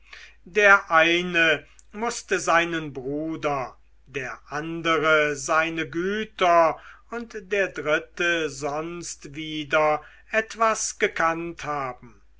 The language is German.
der eine mußte seinen bruder der andere seine güter und der dritte sonst wieder etwas gekannt haben